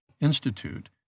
Institute